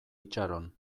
itxaron